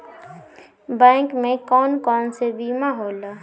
Bank में कौन कौन से बीमा होला?